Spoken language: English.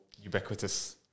ubiquitous